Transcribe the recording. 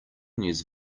these